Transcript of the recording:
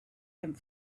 and